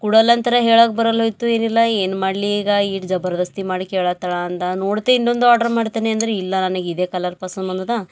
ಕೊಡಲ್ಲಂತ್ರೇ ಹೇಳೋಕ್ ಬರಲ್ಲ ಹೋಯಿತು ಏನಿಲ್ಲ ಏನ್ಮಾಡಲಿ ಈಗ ಈಟ್ ಜಬರ್ದಸ್ತಿ ಮಾಡಿ ಕೇಳ ಹತ್ತಾಳ ಅಂದ ನೋಡ್ತಿ ಇನ್ನೊಂದು ಆರ್ಡರ್ ಮಾಡ್ತೇನೆ ಅಂದ್ರ ಇಲ್ಲಾ ನನಿಗೆ ಇದೇ ಕಲರ್ ಪಸಂದ್ ಬಂದದ